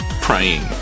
praying